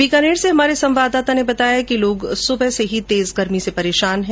बीकानेर से हमारे संवाददाता ने बताया कि लोग सुबह से ही तेज गर्मी से परेशान है